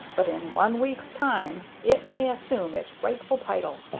but in one week's time it may assume its rightful title,